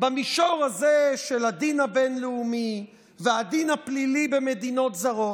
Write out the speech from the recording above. במישור הזה של הדין הבין-לאומי והדין הפלילי במדינות זרות,